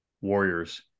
warriors